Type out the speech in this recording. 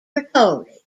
recorded